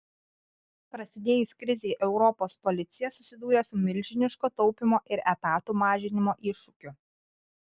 prasidėjus krizei europos policija susidūrė su milžiniško taupymo ir etatų mažinimo iššūkiu